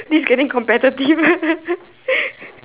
this is getting competitive